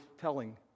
telling